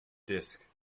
disk